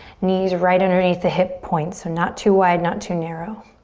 knees right underneath the hip points. so not too wide, not too narrow.